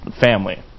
family